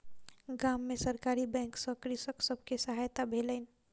गाम में सरकारी बैंक सॅ कृषक सब के सहायता भेलैन